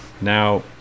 Now